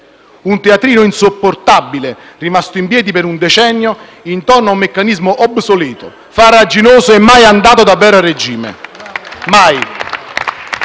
Un teatrino insopportabile rimasto in piedi per un decennio intorno a un meccanismo obsoleto, farraginoso e mai andato davvero a regime.